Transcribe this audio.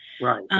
Right